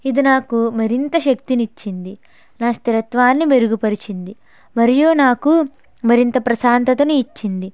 ఇది నాకు మరింత శక్తిని ఇచ్చింది నా స్థిరత్వాన్ని మెరుగుపరిచింది మరియు నాకు మరింత ప్రశాంతతను ఇచ్చింది